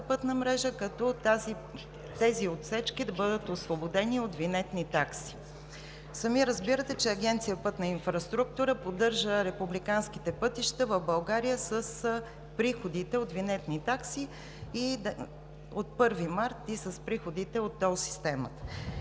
пътна мрежа, като тези отсечки да бъдат освободени от винетни такси. Сами разбирате, че Агенция „Пътна инфраструктура“ поддържа републиканските пътища в България с приходите от винетни такси, и от 1 март с приходите от тол системата.